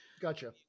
Gotcha